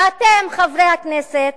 ואתם, חברי הכנסת,